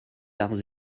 arts